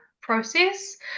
process